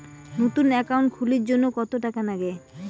নতুন একাউন্ট খুলির জন্যে কত টাকা নাগে?